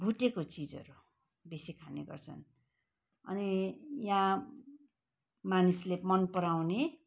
भुटेको चिजहरू बेसी खाने गर्छन् अनि यहाँ मानिसले मनपराउने